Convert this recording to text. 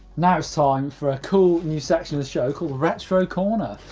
now it's time for a cool new section of the show called retro corner.